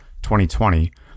2020